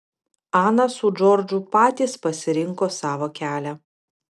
ana su džordžu patys pasirinko savo kelią